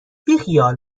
بیخیال